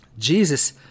Jesus